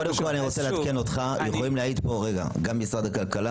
אני מעדכן אותך יכולים להעיד פה משרד הכלכלה